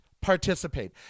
participate